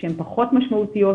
שהן פחות משמעותיות,